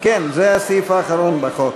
כן, זה הסעיף האחרון בחוק.